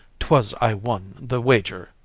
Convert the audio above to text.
twas i won the wager,